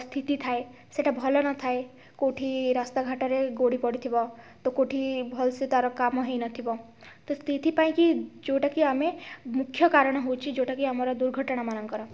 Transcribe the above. ସ୍ଥିତି ଥାଏ ସେଇଟା ଭଲ ନଥାଏ କେଉଁଠି ରାସ୍ତାଘାଟରେ ଗୋଡ଼ି ପଡ଼ିଥିବ ତ କେଉଁଠି ଭଲସେ ତା'ର କାମ ହେଇନଥିବ ତ ସେଇଥିପାଇଁକି ଯେଉଁଟାକି ଆମେ ମୁଖ୍ୟ କାରଣ ହେଉଛି ଯେଉଁଟାକି ଆମର ଦୁର୍ଘଟଣାମାନଙ୍କର